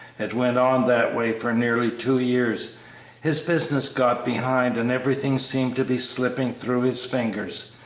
it went on that way for nearly two years his business got behind and everything seemed to be slipping through his fingers,